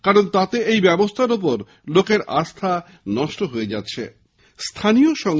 কারণ এতে এই ব্যবস্থার ওপর লোকের আস্থা নষ্ট হয়ে যাচ্ছে